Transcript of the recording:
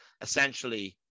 essentially